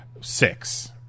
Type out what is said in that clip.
six